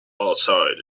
outside